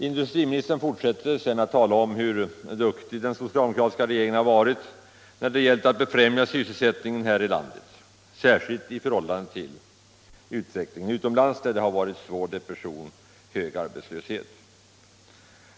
Industriministern fortsätter sedan att tala om hur duktig den socialdemokratiska regeringen varit när det gällt att förbättra sysselsättningen här i landet, särskilt i förhållande till utvecklingen utomlands där det varit svår depression och hög arbetslöshet.